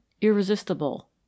irresistible